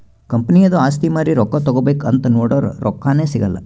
ಕಂಪನಿದು ಆಸ್ತಿ ಮಾರಿ ರೊಕ್ಕಾ ತಗೋಬೇಕ್ ಅಂತ್ ನೊಡುರ್ ರೊಕ್ಕಾನೇ ಸಿಗಲ್ಲ